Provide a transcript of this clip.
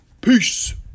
Peace